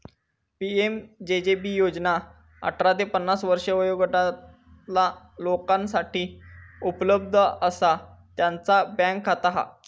PMJJB योजना अठरा ते पन्नास वर्षे वयोगटातला लोकांसाठी उपलब्ध असा ज्यांचा बँक खाता हा